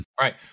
Right